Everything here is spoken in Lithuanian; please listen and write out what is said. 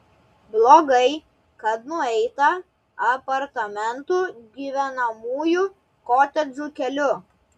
blogai kad nueita apartamentų gyvenamųjų kotedžų keliu